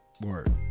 word